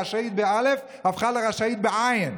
רשאית, באל"ף, הפכה לרשעית, בעי"ן.